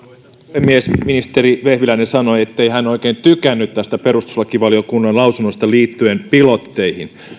puhemies ministeri vehviläinen sanoi ettei hän oikein tykännyt perustuslakivaliokunnan lausunnosta liittyen pilotteihin